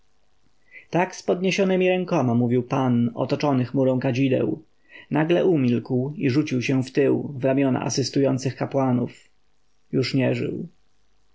tak z podniesionemi rękoma mówił pan otoczony chmurą kadzideł nagle umilkł i rzucił się wtył w ramiona asystujących kapłanów już nie żył